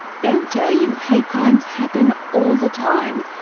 they'll tell you hate crimes happen all the time.